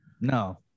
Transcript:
No